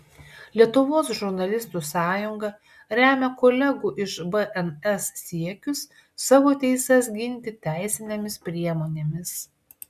lietuvos žurnalistų sąjunga remia kolegų iš bns siekius savo teises ginti teisinėmis priemonėmis